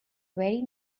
very